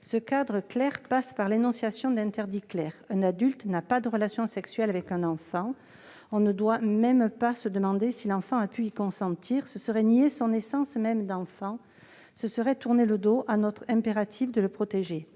Un cadre clair passe par l'énonciation d'interdits clairs : un adulte n'a pas de relation sexuelle avec un enfant et on ne doit même pas se demander si l'enfant a pu y consentir. Ce serait nier son essence même d'enfant et tourner le dos à notre impératif de le protéger.